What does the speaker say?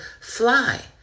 fly